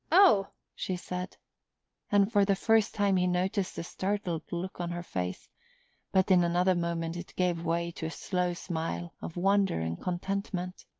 oh she said and for the first time he noticed a startled look on her face but in another moment it gave way to a slow smile of wonder and contentment.